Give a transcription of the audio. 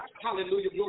Hallelujah